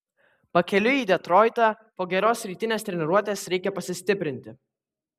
pakeliui į detroitą po geros rytinės treniruotės reikia pasistiprinti